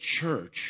church